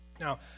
Now